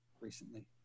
recently